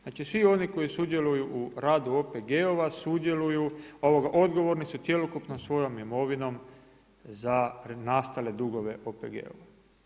Znači, svi oni koji sudjeluju u radu OPG-ova sudjeluju, odgovorni su cjelokupnom svojom imovinom za nastale dugove OPG-ova.